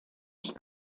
ich